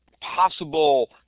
possible